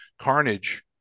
Carnage